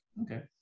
okay